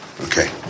okay